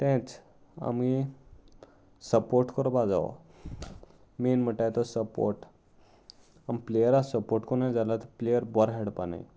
तेंच आमी सपोर्ट कोपा जावो मेन म्हणटा तो सपोर्ट आम प्लेयराक सपोर्ट कोनूय जाल्यार प्लेयर बरोखेळपा नाय